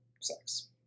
sex